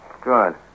Good